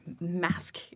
mask